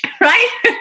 right